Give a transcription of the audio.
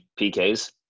PKs